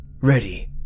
ready